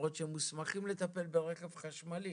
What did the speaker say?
למרות שהם מוסמכים לטפל ברכב חשמלי